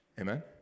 amen